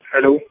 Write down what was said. Hello